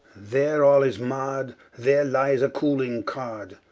there all is marr'd there lies a cooling card